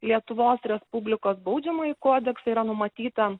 lietuvos respublikos baudžiamąjį kodeksą yra numatyta